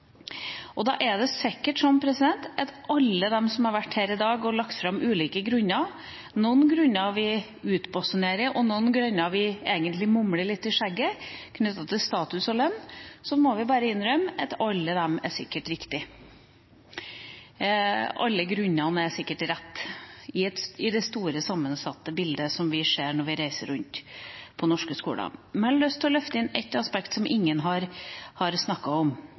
Det er sikkert sånn, må vi bare innrømme, at alle de grunnene som har blitt lagt fram av ulike representanter her i dag – noen grunner utbasunerer vi, og noen grunner mumler vi egentlig fram litt i skjegget, knyttet til status og lønn – er sikkert riktige i det store, sammensatte bildet vi ser når vi reiser rundt på norske skoler. Men jeg har lyst å løfte fram et aspekt som ingen har snakket om,